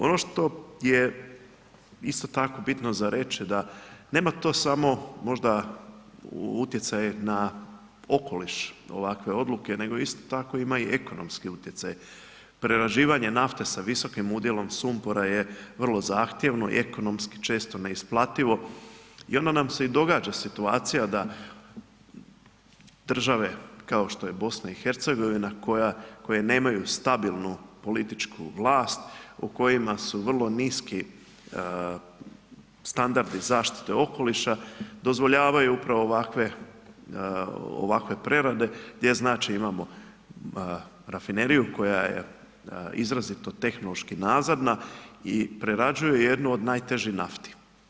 Ono što je isto tako bitno za reći da nema to samo možda utjecaj na okoliš ovakve odluke nego isto tako ima i ekonomski utjecaj, prerađivanje nafte sa visokim udjelom sumpora je vrlo zahtjevno i ekonomski često neisplativo i onda nam se i događa situacija da države kao što je BiH koje nemaju stabilnu političku vlast, u kojima su vrlo niski standardi zaštite okoliša, dozvoljavaju upravo ovakve prerade, gdje znači imamo rafineriju koja je izrazito tehnički nazadna i prerađuje jednu od najtežih nafti.